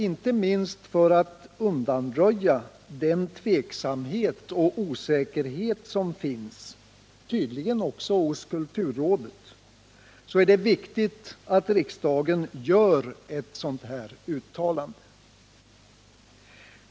Inte minst för att undanröja den tveksamhet och osäkerhet som finns — tydligen också hos kulturrådet — är det emellertid viktigt att riksdagen gör ett sådant uttalande.